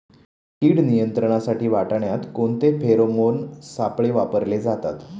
कीड नियंत्रणासाठी वाटाण्यात कोणते फेरोमोन सापळे वापरले जातात?